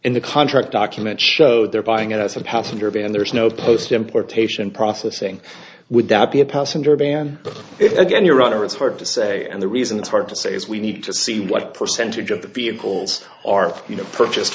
in the contract document showed they're buying it as a passenger b and there is no post importation processing would that be a passenger ban again your honor it's hard to say and the reason it's hard to say is we need to see what percentage of the vehicles are you know purchased